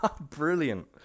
Brilliant